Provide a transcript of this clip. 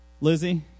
Lizzie